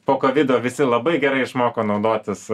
po kovido visi labai gerai išmoko naudotis